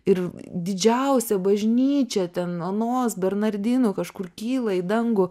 ir didžiausia bažnyčia ten onos bernardinų kažkur kyla į dangų